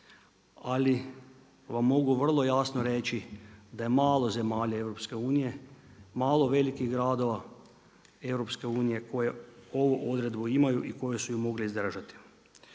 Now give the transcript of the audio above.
ali vam mogu vrlo jasno reći da je malo zemalja EU-a, malo velikih gradova EU-a koji ovu odredbu imaju i koji su ih mogle izdržati.